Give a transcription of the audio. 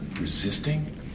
resisting